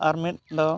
ᱟᱨ ᱢᱤᱫ ᱫᱚ